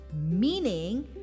meaning